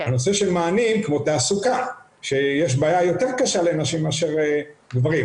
הנושא של מענים כמו תעסוקה שיש בעיה יותר קשה לנשים מאשר לגברים,